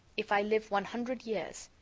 if i live one hundred years,